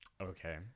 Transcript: okay